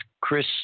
Chris